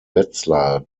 wetzlar